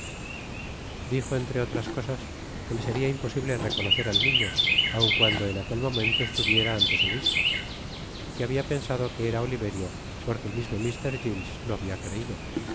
dijo entre otras cosas que le seria impasible reconocer al niño aun cuando en aquel momento estuviera ante su vista y que habia pensado que era oliverio porque el mismo mr giles lo habia creido pero que